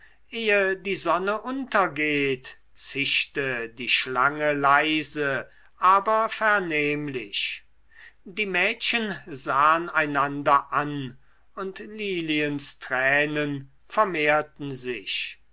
ehe die sonne untergeht zischte die schlange leise aber vernehmlich die mädchen sahen einander an und liliens tränen vermehrten sich